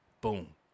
boom